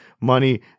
money